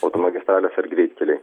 automagistralės ir greitkeliai